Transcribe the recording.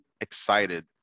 excited